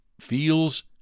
feels